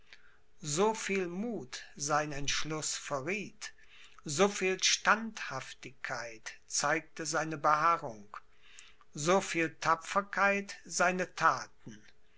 so viel muth sein entschluß verrieth so viel standhaftigkeit zeigte seine beharrung so viel tapferkeit seine thaten